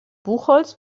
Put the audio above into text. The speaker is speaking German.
buchholz